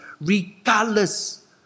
regardless